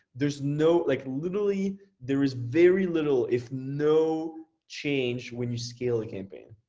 there's no like literally there is very little if no change when you scale a campaign.